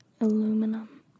aluminum